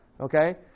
okay